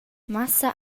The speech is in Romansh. massa